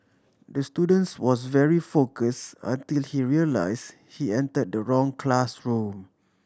the students was very confused until he realised he entered the wrong classroom